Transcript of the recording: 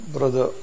Brother